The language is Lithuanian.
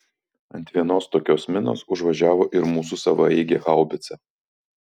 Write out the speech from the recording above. ant vienos tokios minos užvažiavo ir mūsų savaeigė haubica